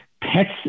pets